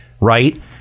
right